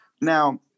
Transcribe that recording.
Now